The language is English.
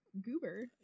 goober